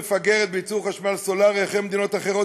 מפגרת בייצור חשמל סולרי אחרי מדינות אחרות,